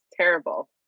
terrible